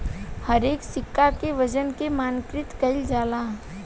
हरेक सिक्का के वजन के मानकीकृत कईल जाला